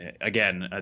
again